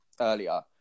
earlier